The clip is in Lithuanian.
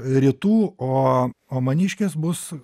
rytų o o maniškis bus